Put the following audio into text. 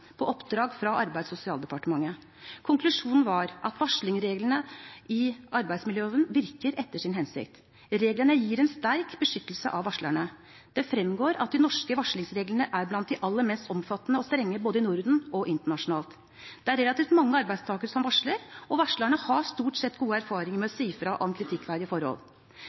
på oppdrag av Arbeids- og sosialdepartementet. Konklusjonen var at varslingsreglene i arbeidsmiljøloven virker etter sin hensikt. Reglene gir en sterk beskyttelse av varslerne. Det fremgår at de norske varslingsreglene er blant de aller mest omfattende og strenge både i Norden og internasjonalt. Det er relativt mange arbeidstakere som varsler, og varslerne har stort sett gode erfaringer med å si fra om kritikkverdige forhold.